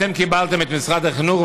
אתם קיבלתם את משרד החינוך,